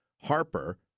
Harper